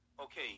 Okay